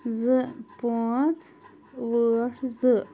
زٕ پٲنٛژھ ٲٹھ زٕ